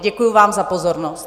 Děkuji vám za pozornost.